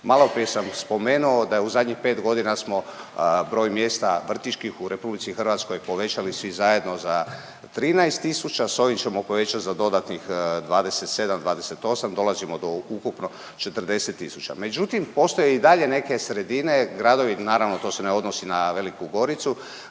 Malo prije sam spomenuo da je u zadnjih pet godina smo broj mjesta praktički u Republici Hrvatskoj povećali svi zajedno za 13000, sa ovim ćemo povećati za dodanih 27, 28. Dolazimo do ukupno 40000. Međutim, postojeće i dalje neke sredine, gradovi, naravno to se ne odnosi na Veliku Goricu,